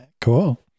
Cool